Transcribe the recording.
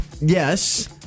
Yes